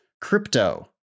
crypto